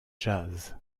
jazz